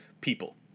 people